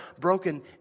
broken